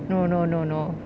no no no no